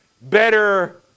better